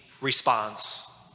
response